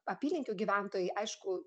apylinkių gyventojai aišku